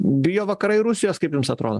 bijo vakarai rusijos kaip jums atrodo